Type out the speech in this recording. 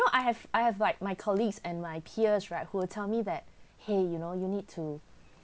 I have I have like my colleagues and my peers right who would tell me that !hey! you know you need to